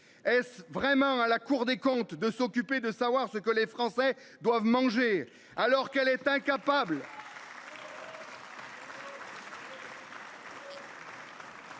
Est-ce vraiment à la Cour des comptes de s'occuper de savoir ce que les Français doivent manger alors qu'elle est incapable.